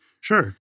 Sure